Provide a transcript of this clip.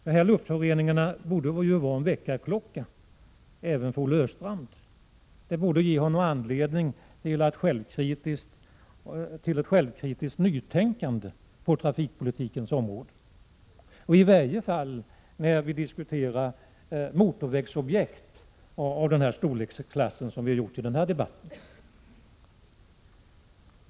Dessa luftföroreningar bör vara en väckarklocka även för Olle Östrand och ge honom anledning till ett självkritiskt nytänkande på trafikpolitikens område, i varje fall i en diskussion om motorvägsobjekt av den storleksklass som behandlas i denna debatt.